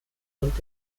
und